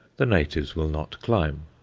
the natives will not climb,